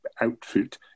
outfit